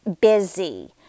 busy